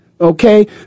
Okay